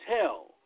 tell